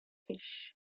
fish